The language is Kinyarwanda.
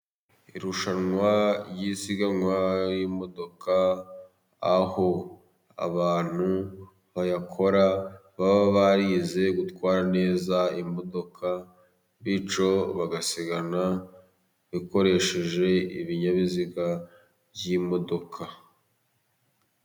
Irushanwa ry'isiganwa y'imodoka, aho abantu bayakora baba barize gutwara neza imodoka, bityo bagasigana bakoresheje ibinyabiziga by'imodoka.